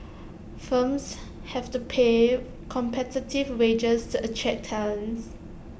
firms have to pay competitive wages to attract talents